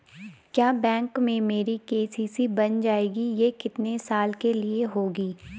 क्या बैंक में मेरी के.सी.सी बन जाएगी ये कितने साल के लिए होगी?